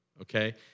Okay